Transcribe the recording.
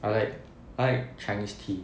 I like I like chinese tea